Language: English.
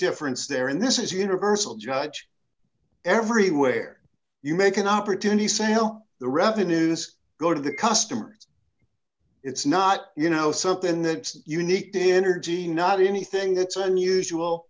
difference there and this is universal judge every where you make an opportunity sale the revenues go to the customers it's not you know somethin that unique to energy not anything it's unusual